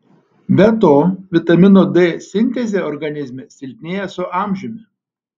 be to vitamino d sintezė organizme silpnėja su amžiumi